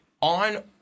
on